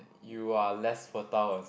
you are less fertile